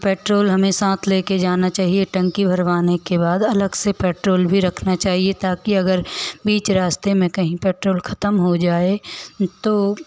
petrol हमें साथ लेकर जाना चाहिए टंकी भरवाने के बाद अलग से पेट्रोल भी रखना चाहिए ताकि अगर बीच रास्ते में कहीं पेट्रोल ख़त्म हो जाए तो